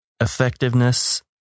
effectiveness